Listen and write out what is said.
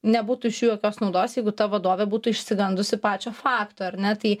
nebūtų iš jų jokios naudos jeigu ta vadovė būtų išsigandusi pačio fakto ar ne tai